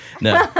No